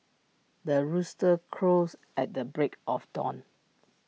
the rooster crows at the break of dawn